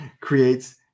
creates